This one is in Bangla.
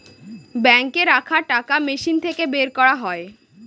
বাঙ্কে রাখা টাকা মেশিন থাকে বের করা যায়